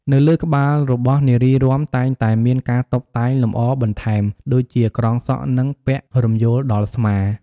នៅលើក្បាលរបស់នារីរាំតែងតែមានការតុបតែងលម្អបន្ថែម ដូចជា ក្រងសក់ និង ពាក់រំយោលដល់ស្មា។